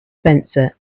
spencer